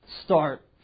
start